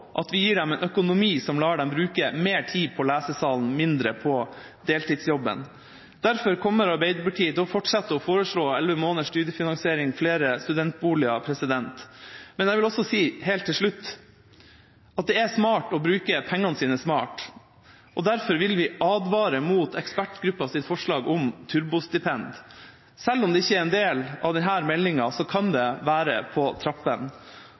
at vi gir dem en økonomi som lar dem bruke mer tid på lesesalen og mindre på deltidsjobben. Derfor kommer Arbeiderpartiet til å fortsette å foreslå elleve måneders studiefinansiering og flere studentboliger. Men jeg vil også si helt til slutt at det er smart å bruke pengene sine smart. Derfor vil vi advare mot ekspertgruppas forslag om turbostipend. Selv om det ikke er en del av denne meldinga, kan det være på